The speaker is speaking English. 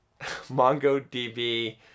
MongoDB